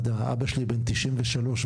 אבא שלי בן 93,